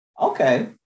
okay